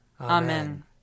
Amen